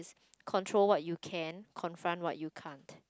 control what you can confront what you can't